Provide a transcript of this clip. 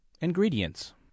Ingredients